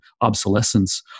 obsolescence